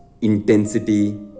intensity